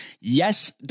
yes